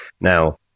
Now